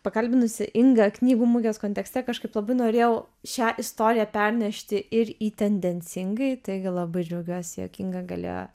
pakalbinusi ingą knygų mugės kontekste kažkaip labai norėjau šią istoriją pernešti ir į tendencingai taigi labai džiaugiuosi jog inga galėjo